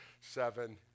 seven